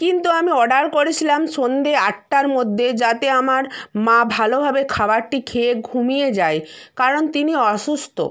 কিন্তু আমি অর্ডার করেছিলাম সন্ধ্যে আটটার মধ্যে যাতে আমার মা ভালোভাবে খাবারটি খেয়ে ঘুমিয়ে যায় কারণ তিনি অসুস্থ